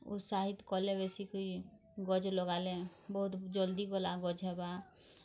ଉତ୍ସାହିତ୍ କଲେ ବେଶୀ କିରି ଗଯ୍ ଲଗାଲେ ବହୁତ୍ ଜଲ୍ଦି ଗଲା ଗଯ୍ ହେବା